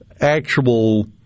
actual